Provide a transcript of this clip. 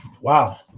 Wow